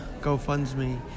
GoFundMe